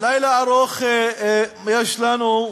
ארוך יש לנו,